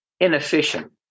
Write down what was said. inefficient